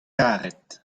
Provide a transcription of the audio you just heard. karet